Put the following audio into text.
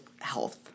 health